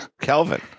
Kelvin